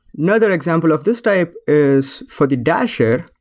another example of this type is for the dasher,